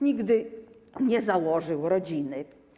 Nigdy nie założył rodziny.